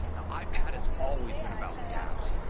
ah ah ipad has always been about the apps.